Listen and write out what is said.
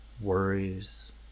worries